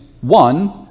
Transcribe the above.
One